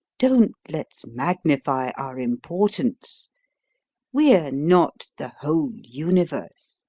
don't let's magnify our importance we're not the whole universe.